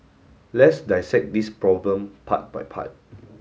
let's dissect this problem part by part